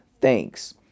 thanks